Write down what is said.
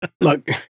Look